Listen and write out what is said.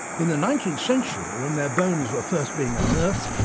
in the nineteenth century when their bones were first being unearthed,